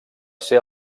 ser